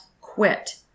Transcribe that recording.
quit